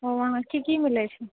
ओ वहाँ की की मिलै छै